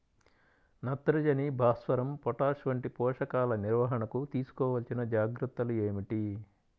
నత్రజని, భాస్వరం, పొటాష్ వంటి పోషకాల నిర్వహణకు తీసుకోవలసిన జాగ్రత్తలు ఏమిటీ?